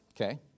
Okay